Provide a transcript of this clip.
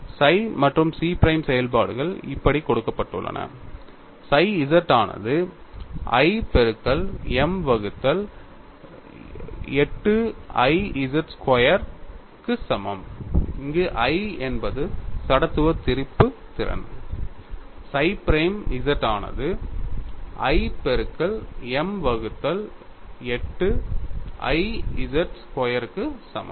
Psi மற்றும் chi prime செயல்பாடுகள் இப்படி கொடுக்கப்பட்டுள்ளன psi z ஆனது i பெருக்கல் M வகுத்தல் 8 I z ஸ்கொயர் க்கு சமம் அங்கு I என்பது சடத்துவ திருப்பு திறன் chi பிரைம் z ஆனது i பெருக்கல் M வகுத்தல் 8 I z ஸ்கொயர் க்கு சமம்